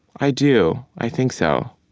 i do. i think so.